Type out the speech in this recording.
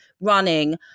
running